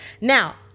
Now